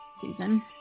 season